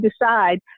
decide